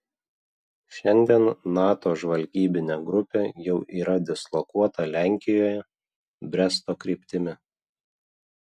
šiandien nato žvalgybinė grupė jau yra dislokuota lenkijoje bresto kryptimi